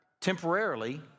temporarily